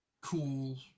cool